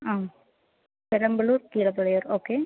ஆ Perambalur Keelapalaiyur okay